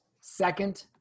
second